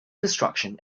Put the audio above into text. destruction